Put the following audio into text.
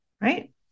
right